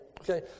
okay